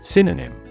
Synonym